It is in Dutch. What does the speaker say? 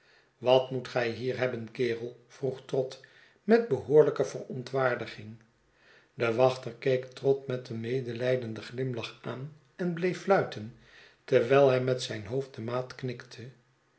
wat moet gij hier hebben kerel vroeg trott metbehoorlijke verontwaardiging de wachter keek trott met een medenjdenden glimlach aan en bleef fluiten terwijl hij met zijn hoofd de maat knikte